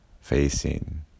facing